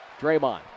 Draymond